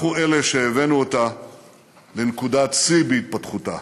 אנחנו שהבאנו אותה לנקודת שיא בהתפתחותה.